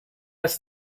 ist